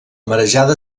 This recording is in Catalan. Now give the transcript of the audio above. marejada